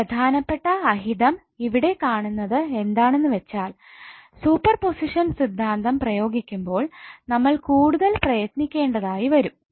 ഒരു പ്രധാനപ്പെട്ട അഹിതം ഇവിടെ കാണുന്നത് എന്താണെന്ന് വെച്ചാൽ സൂപ്പർ പൊസിഷൻ സിദ്ധാന്തം പ്രയോഗിക്കുമ്പോൾ നമ്മൾ കൂടുതൽ പ്രയത്നിക്കേണ്ടതായി വരും